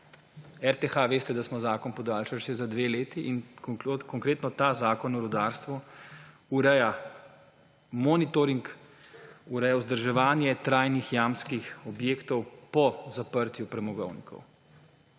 RTH veste, da smo zakon podaljšali še za dve leti. In konkretno ta Zakon o rudarstvu ureja monitoring, ureja vzdrževanje trajnih jamskih objektov po zaprtju premogovnikov.